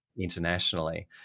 internationally